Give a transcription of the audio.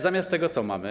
Zamiast tego co mamy?